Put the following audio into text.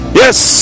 yes